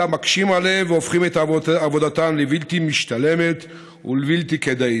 אלא מקשים עליהם והופכים את עבודתם לבלתי משתלמת ולבלתי כדאית.